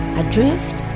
adrift